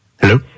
hello